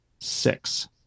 six